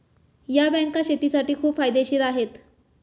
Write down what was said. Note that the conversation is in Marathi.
या बँका शेतीसाठी खूप फायदेशीर आहेत